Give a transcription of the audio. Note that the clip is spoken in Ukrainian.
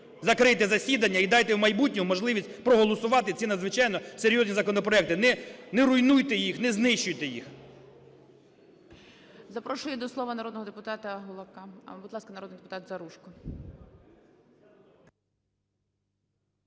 Закрийте засідання і дайте в майбутньому можливість проголосувати ці, надзвичайно серйозні, законопроекти. Не руйнуйте їх, не знищуйте їх.